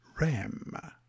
Ram